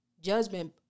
judgment